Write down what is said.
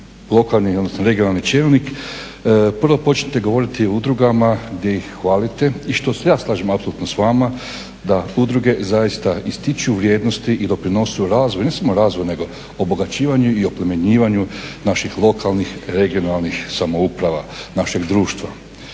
lokalni, odnosno regionalni čelnik, prvo počnete govoriti o udrugama gdje ih hvalite i što se ja slažem apsolutno s vama da udruge zaista ističu vrijednosti i doprinose razvoju, ne samo razvoju, nego obogaćivanju i oplemenjivanju naših lokalnih regionalnih samouprava našeg udruga.